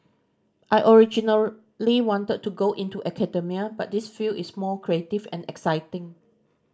I originally wanted to go into academia but this field is more creative and exciting